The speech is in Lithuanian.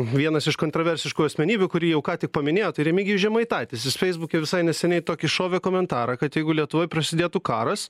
vienas iš kontraversiškų asmenybių kurį jau ką tik paminėjot tai remigijus žemaitaitis jis feisbuke visai neseniai tokį šovė komentarą kad jeigu lietuvoj prasidėtų karas